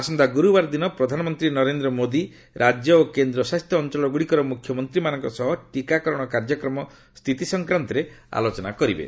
ଆସନ୍ତା ଗୁରୁବାର ଦିନ ପ୍ରଧାନମନ୍ତ୍ରୀ ନରେନ୍ଦ୍ର ମୋଦୀ ରାଜ୍ୟ ଓ କେନ୍ଦ୍ରଶାସିତ ଅଞ୍ଚଳଗୁଡ଼ିକର ମୁଖ୍ୟମନ୍ତ୍ରୀମାନଙ୍କ ସହ ଟିକାକରଣ କାର୍ଯ୍ୟକ୍ରମ ସ୍ଥିତି ସଂକ୍ୱାନ୍ତରେ ଆଲୋଚନା କରିବେ